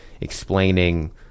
explaining